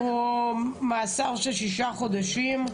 יש מאסר של שישה חודשים.